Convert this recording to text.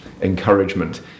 encouragement